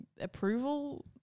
approval